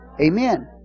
Amen